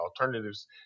alternatives